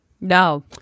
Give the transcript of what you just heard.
No